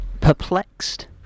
perplexed